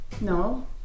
No